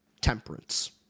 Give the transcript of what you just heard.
temperance